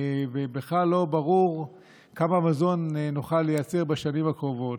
ובכלל לא ברור כמה מזון נוכל לייצר בשנים הקרובות,